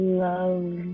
love